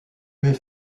met